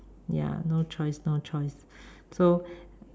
ya no choice no choice so